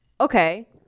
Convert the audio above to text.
okay